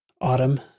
autumn